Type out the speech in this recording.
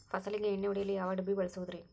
ಫಸಲಿಗೆ ಎಣ್ಣೆ ಹೊಡೆಯಲು ಯಾವ ಡಬ್ಬಿ ಬಳಸುವುದರಿ?